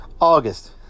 august